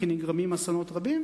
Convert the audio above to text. כי נגרמים אסונות רבים,